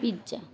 pizza